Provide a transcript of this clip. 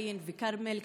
אלין וכרמל,